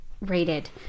rated